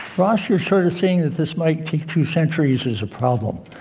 ross, you're sort of saying that this might take two centuries is a problem.